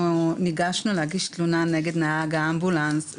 ניגשנו להגיש תלונה נגד נהג האמבולנס.